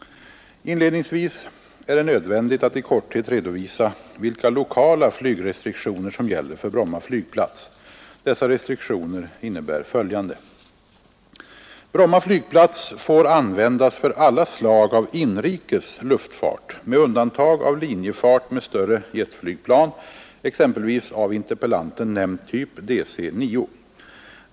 Inledningsvis är det nödvändigt att i korthet redovisa vilka lokala flygrestriktioner som gäller för Bromma flygplats. Dessa restriktioner innebär följande. nämnd typ DC-9.